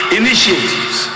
initiatives